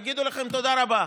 יגידו לכם: תודה רבה,